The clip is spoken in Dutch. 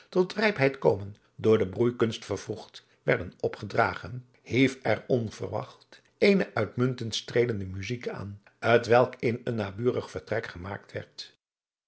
tot rijpheid komen door de broeikunst vervroegd werden opgedragen hief er onverwacht eene uitmuntend streelende muzijk aan t welk in een naburig vertrek gemaakt werd